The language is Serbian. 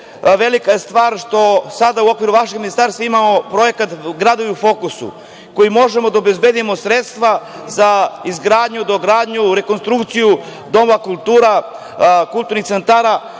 velika je stvar što sada u okviru vašem ministarstva imamo projekat „Gradovi u fokusu“ kojim možemo da obezbedimo sredstva za izgradnju, dogradnju, rekonstrukciju domova kultura, kulturnih centara